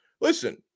listen